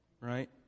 Right